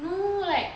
no like